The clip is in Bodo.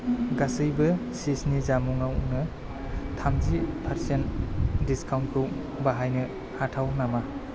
गासैबो चीजनि जामुंआवनो थामजि पारसेन्ट डिसकाउन्टखौ बाहायनो हाथाव नामा